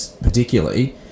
particularly